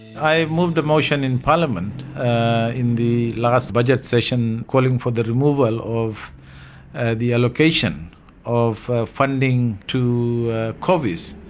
i moved a motion in parliament in the last budget session calling for the removal of ah the allocation of funding to qovris,